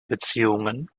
beziehungen